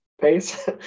pace